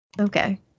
Okay